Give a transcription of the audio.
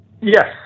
Yes